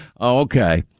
Okay